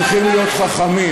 צריכים להיות חכמים.